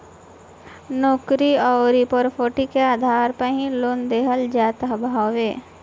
नोकरी अउरी प्रापर्टी के आधार पे ही लोन देहल जात हवे